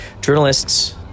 journalists